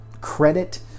credit